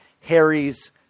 Harry's